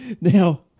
Now